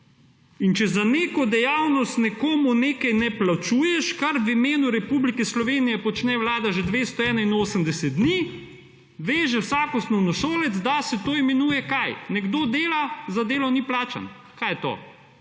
In če za neko dejavnost nekomu nekaj ne plačuješ, kar v imenu Republike Slovenije počne vlada že 281 dni, ve že vsak osnovnošolec, da se to imenuje – kaj? – nekdo dela, za delo ni plačan. Kaj je to?